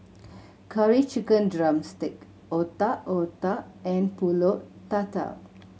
Curry Chicken drumstick Otak Otak and Pulut Tatal